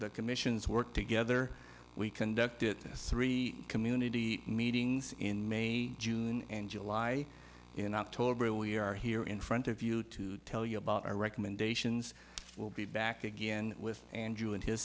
this commission's work together we conduct it this three community meetings in may june and july in october we are here in front of you to tell you about our recommendations will be back again with andrew and his